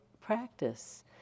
practice